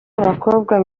abakobwa